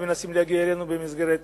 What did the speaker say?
ומנסים להגיע אלינו במסגרת